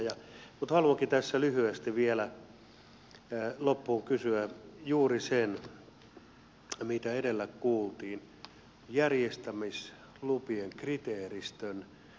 mutta haluankin tässä lyhyesti vielä loppuun kysyä juuri siitä mitä edellä kuultiin järjestämislupien kriteeristön avoimuudesta